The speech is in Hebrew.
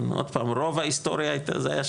עוד פעם, רוב ההיסטוריה זה היה שם.